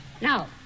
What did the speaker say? Now